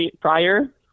prior